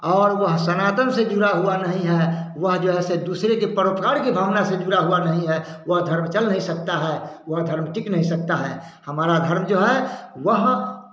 और वह सनातन से घिरा हुआ नहीं है वह जो है से दूसरे के परोपकार की भावना से जुड़ा हुआ नहीं है वह धर्म चल नहीं सकता है वह धर्म टिक नहीं सकता है हमारा धर्म जो है वह